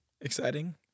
exciting